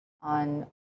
on